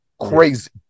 crazy